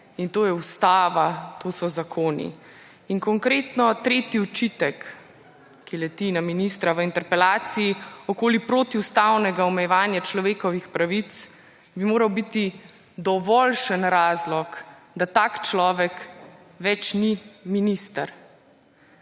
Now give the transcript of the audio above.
in to je ustava, to so zakoni. In konkretno tretji očitek, ki leti na ministra v interpelaciji okoli protiustavnega omejevanja človekovih pravic, bi moral biti dovoljšen razlog, da tak človek več ni minister.